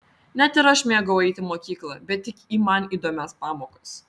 net ir aš mėgau eiti į mokyklą bet tik į man įdomias pamokas